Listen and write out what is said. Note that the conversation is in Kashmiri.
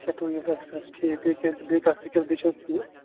سیکنڈ یِیَر ایٚکٕسپیٖرِیَنس ٹھیٖک بیٚیہِ کیٛاہ بیٚیہِ کانٛہہ سِکٕل پیشنَس ٹھیٖک